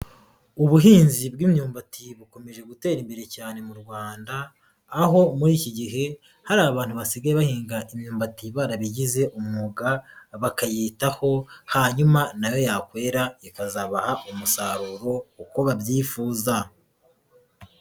Ubuhinzi bw'imyumbati bukomeje gutera imbere cyane mu Rwanda, aho muri iki gihe hari abantu basigaye bahinga imyumbati barabigize umwuga bakayitaho hanyuma nayo yakwera bikazabaha umusaruro uko babyifuza.